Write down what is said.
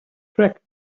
track